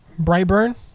Brightburn